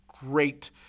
great